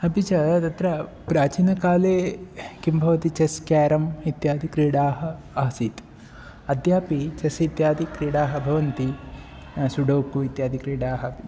अपि च तत्र प्राचीनकाले किं भवति चेस् केरम् इत्यादिक्रीडाः आसीत् अद्यापि चेस् इत्यादिक्रीडाः भवन्ति सुडोकु इत्यादि क्रीडाः